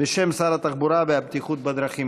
בשם שר התחבורה והבטיחות בדרכים.